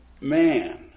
man